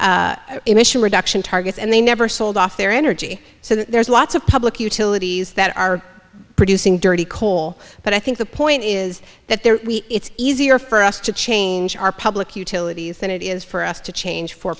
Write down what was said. emission reduction targets and they never sold off their energy so there's lots of public utilities that are producing dirty coal but i think the point is that they're it's easier for us to change our public utilities than it is for us to change for